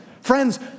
Friends